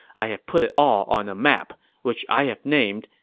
i have put it all on a map, which i have named,